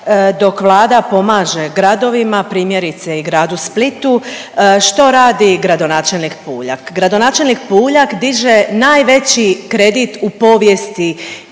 dok Vlada pomaže gradovima primjerice i Gradu Splitu što radi gradonačelnik Puljak? Gradonačelnik Puljak diže najveći kredit u povijesti